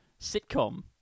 sitcom